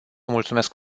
mulțumesc